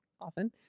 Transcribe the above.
often